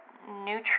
neutral